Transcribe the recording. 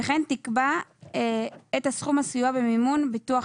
וכן תקבע את סכום הסיוע במימון ביטוח